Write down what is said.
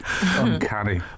Uncanny